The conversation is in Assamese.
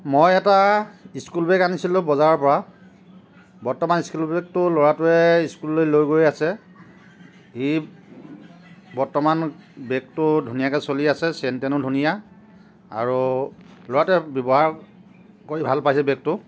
মই এটা স্কুল বেগ আনিছিলোঁ বজাৰৰ পৰা বৰ্তমান স্কুল বেগটো ল'ৰাটোৱে স্কুললৈ লৈ গৈ আছে ই বৰ্তমান বেগটো ধুনীয়াকৈ চলি আছে চেইন টেইনো ধুনীয়া আৰু ল'ৰাটোৱে ব্যৱহাৰ কৰি ভাল পাইছে বেগটো